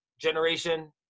generation